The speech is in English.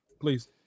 Please